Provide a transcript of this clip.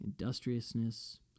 industriousness